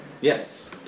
Yes